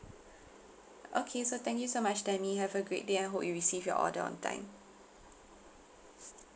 okay so thank you so much tammy have a great day and I hope you receive your order on time